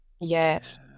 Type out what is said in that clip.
Yes